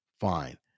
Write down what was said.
fine